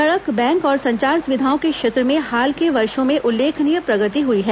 सड़क बैंक और संचार सुविधाओं के क्षेत्र में हाल के वर्षो में उल्लेखनीय प्रगति हुई है